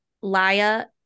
Laya